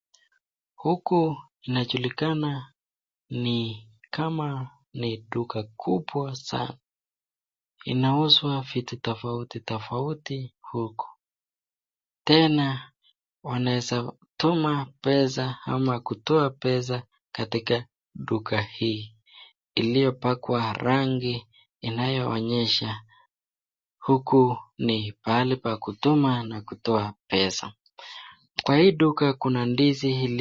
Huku kunajulikana ni kama ni duka kubwa sana. Inauzwa vitu tofauti tofauti huku. Tena, wanaweza tuma pesa ama kutoa pesa katika duka hii, iliyopakwa rangi inayoonyesha huku ni pahali pa kutuma na kutoa pesa. Kwa hii duka kuna ndizi.